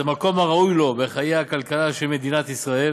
למקום הראוי לו בחיי הכלכלה של מדינת ישראל,